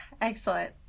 Excellent